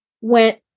went